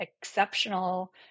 exceptional